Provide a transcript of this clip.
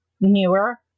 newer